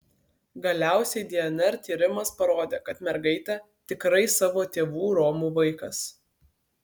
galiausiai dnr tyrimas parodė kad mergaitė tikrai savo tėvų romų vaikas